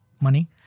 money